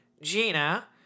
Gina